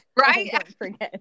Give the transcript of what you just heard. right